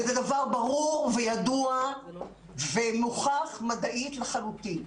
וזה דבר ברור וידוע ומוכח מדעית לחלוטין.